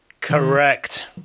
Correct